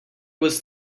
was